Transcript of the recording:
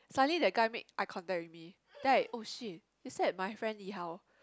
suddenly that guy make eye contact with me then I oh shit is that my friend Yi-Hao